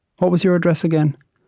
what was your address again?